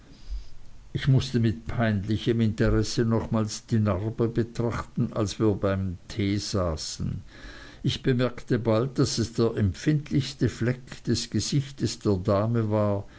ich mußte mit peinlichem interesse nochmals die narbe betrachten als wir beim tee saßen ich bemerkte bald daß es der empfindlichste fleck des gesichtes der dame war